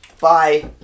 Bye